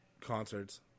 concerts